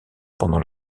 pendant